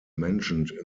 mentioned